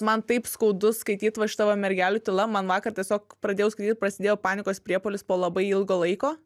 man taip skaudu skaityt tavo mergelių tyla man vakar tiesiog pradėjau skaityt prasidėjo panikos priepuolis po labai ilgo laiko